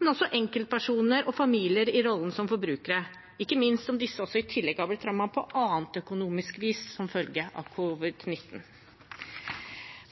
men også enkeltpersoner og familier i rollen som forbrukere – ikke minst om disse også i tillegg har blitt rammet på annet økonomisk vis som følge av covid-19.